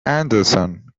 anderson